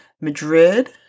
Madrid